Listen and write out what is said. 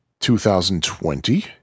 2020